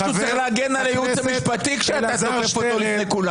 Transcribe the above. מישהו צריך להגן על הייעוץ המשפטי כשאתה תוקף אותו לפני כולם.